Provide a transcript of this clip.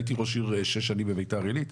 הייתי ראש העיר שש שנים בביתר עלית,